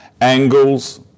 Angles